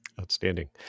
Outstanding